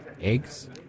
Eggs